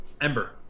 Ember